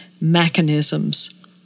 mechanisms